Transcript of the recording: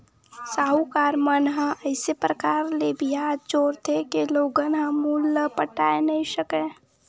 साहूकार मन ह अइसे परकार ले बियाज जोरथे के लोगन ह मूल ल पटाए नइ सकय